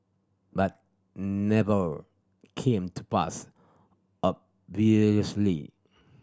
but never came to pass obviously